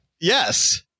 yes